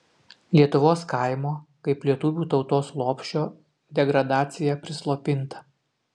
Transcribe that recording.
lietuvos kaimo kaip lietuvių tautos lopšio degradacija prislopinta